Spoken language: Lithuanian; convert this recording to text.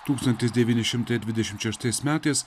tūkstantis devyni šimtai dvidešimt šeštais metais